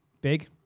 big